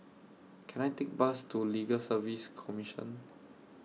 Can I Take Bus to Legal Service Commission